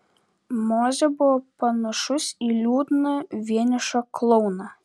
mozė buvo panašus į liūdną vienišą klouną